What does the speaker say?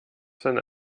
seine